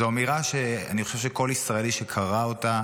זו אמירה שאני חושב שכל ישראלי שקרא אותה